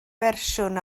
fersiwn